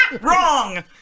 Wrong